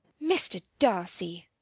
mr. darcy!